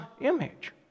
image